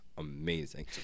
Amazing